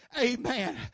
amen